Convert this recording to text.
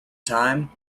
time